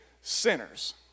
sinners